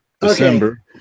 December